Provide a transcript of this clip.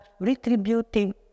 retributing